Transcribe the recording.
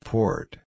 Port